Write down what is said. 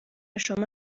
شما